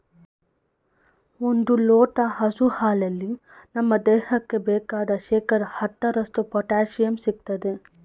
ಒಂದ್ ಲೋಟ ಹಸು ಹಾಲಲ್ಲಿ ನಮ್ ದೇಹಕ್ಕೆ ಬೇಕಾದ್ ಶೇಕಡಾ ಹತ್ತರಷ್ಟು ಪೊಟ್ಯಾಶಿಯಂ ಸಿಗ್ತದೆ